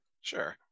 Sure